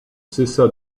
cessa